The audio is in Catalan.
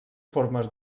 formes